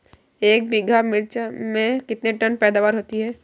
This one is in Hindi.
एक बीघा मिर्च में कितने टन पैदावार होती है?